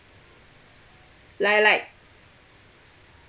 like like